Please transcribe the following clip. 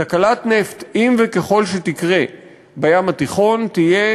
תקלת נפט, אם וככל שתקרה בים התיכון, תהיה